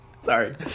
Sorry